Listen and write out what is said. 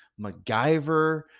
MacGyver